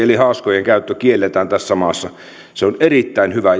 eli haaskojen käyttö kielletään tässä maassa se on erittäin hyvä